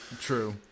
True